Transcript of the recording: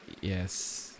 Yes